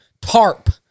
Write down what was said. tarp